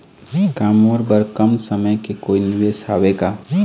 का मोर बर कम समय के कोई निवेश हावे का?